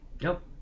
Nope